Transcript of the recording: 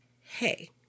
Hey